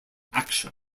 action